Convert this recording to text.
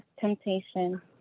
temptation